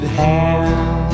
hand